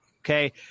okay